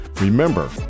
Remember